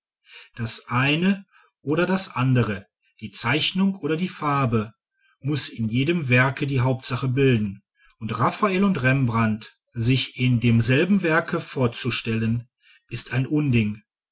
das eine oder das andere die zeichnung oder die farbe muß in jedem werke die hauptsache bilden und raffael und rembrandt sich in demselben werke vorzustellen ist ein unding